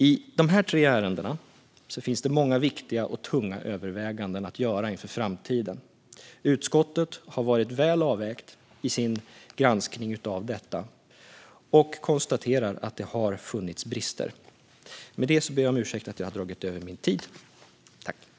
I dessa tre ärenden finns det många viktiga och tunga överväganden att göra inför framtiden. Utskottet har gjort en väl avvägd granskning av detta och konstaterar att man har funnit brister. Med det ber jag om ursäkt för att jag har dragit över min talartid.